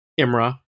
Imra